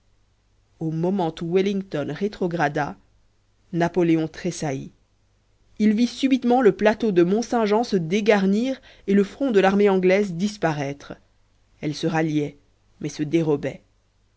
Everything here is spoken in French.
au moment où wellington rétrograda napoléon tressaillit il vit subitement le plateau de mont-saint-jean se dégarnir et le front de l'armée anglaise disparaître elle se ralliait mais se dérobait